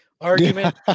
argument